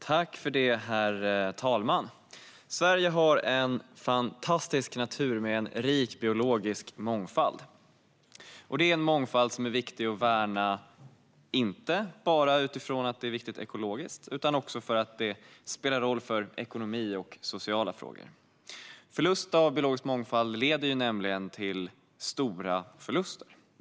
Herr talman! Sverige har en fantastisk natur med en rik biologisk mångfald. Det är en mångfald som är viktig att värna inte bara utifrån att det är viktigt ekologiskt utan också för att det spelar roll för ekonomi och sociala frågor. Förlust av biologisk mångfald leder just till stora förluster.